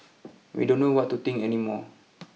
we don't know what to think any more